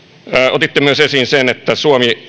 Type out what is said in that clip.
otitte myös esiin sen että suomi